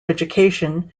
education